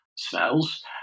smells